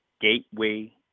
gateway